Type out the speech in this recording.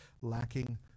lacking